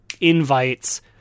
invites